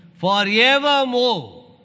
Forevermore